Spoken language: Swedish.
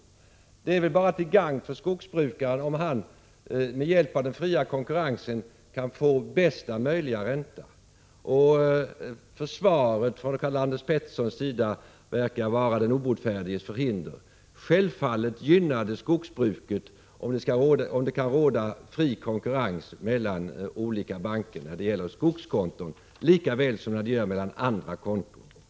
Men det är väl bara till gagn för skogsbrukaren om han med hjälp av den fria konkurrensen kan få bästa möjliga ränta. Försvaret från Karl-Anders Petersson verkar vara den obotfärdiges förhinder. Självfallet gynnar det skogsbruket om det kan råda fri konkurrens mellan olika banker när det gäller skogskonton lika väl som när det gäller andra konton.